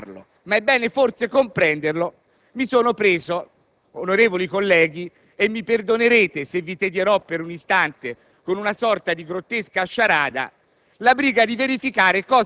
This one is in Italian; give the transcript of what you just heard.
aspetto, ma è bene forse comprenderlo, mi sono preso - onorevoli colleghi, mi perdonerete se vi tedierò per un istante con una sorta di grottesca sciarada